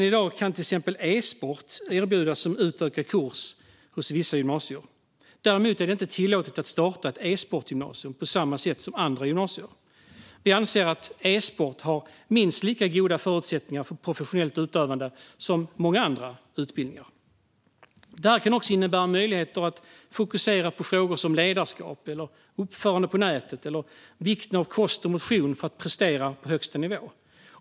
I dag kan till exempel e-sport erbjudas som utökad kurs av vissa gymnasier. Däremot är det inte tillåtet att starta ett e-sportgymnasium på samma sätt som andra gymnasier. Vi anser att e-sport har minst lika goda förutsättningar för professionellt utövande som många andra utbildningar. Det kan dessutom skapa möjligheter att fokusera på frågor som ledarskap, uppförande på nätet och vikten av kost och motion för att prestera på högsta nivå.